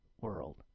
world